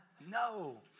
No